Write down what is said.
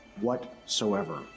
whatsoever